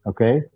Okay